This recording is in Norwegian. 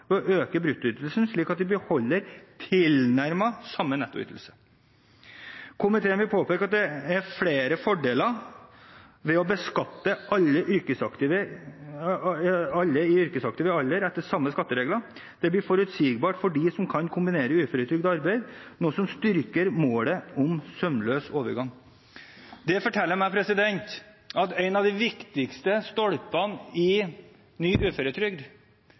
ved å øke bruttoytelsen slik at de beholder tilnærmet samme nettoytelse. Komiteen vil påpeke at det er flere fordeler ved å beskatte alle i yrkesaktiv alder etter de samme skattereglene. Det blir forutsigbart for de som kan kombinere uføretrygd og arbeid, noe som styrker målet om sømløse overganger.» Dette forteller meg at en av de viktigste stolpene i ny uføretrygd